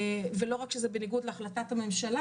לא רק שזה נעשה בניגוד להחלטת הממשלה,